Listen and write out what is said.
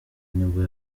nibwo